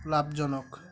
লাভজনক